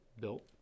built